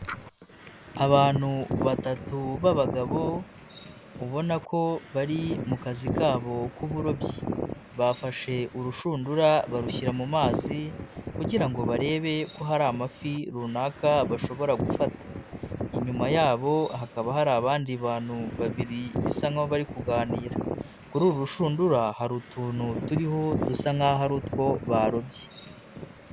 Abantu batatu b'abagabo ubona ko bari mu kazi kabo k'uburobyi, bafashe urushundura barushyira mu mazi kugira ngo barebe ko hari amafi runaka bashobora gufata, inyuma yabo hakaba hari abandi bantu babiri bisa nkaho bari kuganira, kuri uru rushundura hari utuntu turiho dusa nkaho ari utwo barobye.